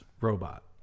robot